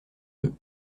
deux